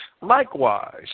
Likewise